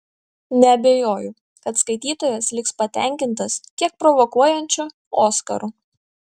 neabejoju kad skaitytojas liks patenkintas kiek provokuojančiu oskaru